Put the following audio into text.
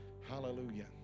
Hallelujah